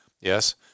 Yes